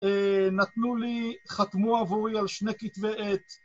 נתנו לי, חתמו עבורי על שני כתבי עת